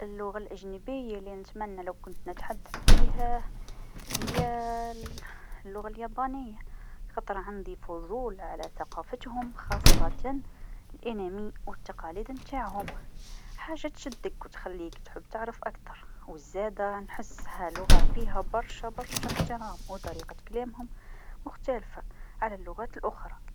اللغه الأجنبيه لنتمنى لوكنت نتحدث بيها هي اللغه اليابانيه خاطرعندي فضول على ثقافتهم خاصة الإنمي و التقاليد نتاعهم حاجه تشدك و تخليك تحب تعرف أكثر و زادا نحسها لغه فيها برشا برشا إحترام و طريقة كلامهم مختلفه على اللغات الأخرى.